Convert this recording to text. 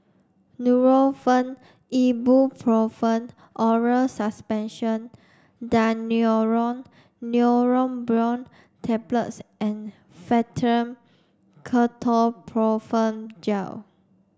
Nurofen Ibuprofen Oral Suspension Daneuron Neurobion Tablets and Fastum Ketoprofen Gel